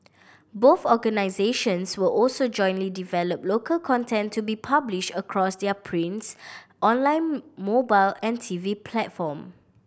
both organisations were also jointly develop local content to be published across their prints online mobile and T V platform